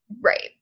right